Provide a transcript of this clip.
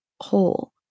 whole